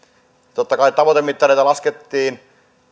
totta kai tavoitemittareita